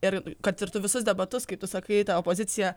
ir kad ir tu visus debatus kaip tu sakai ta opozicija